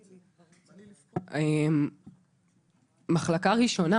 לגבי "מחלקה ראשונה",